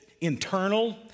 internal